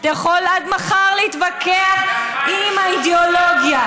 אתה יכול עד מחר להתווכח עם האידיאולוגיה.